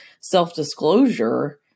self-disclosure